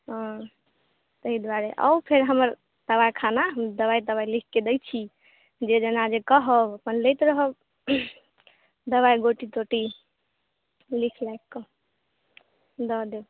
ओऽ तै दुआरे आउ फेर हमर दबाइखाना दबाइ तबाइ लिखके दै छी जे जेना जे कहब अपन लेत रहब दबाइ गोटी तोटी लिख लाखि कऽ दऽ देब